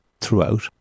throughout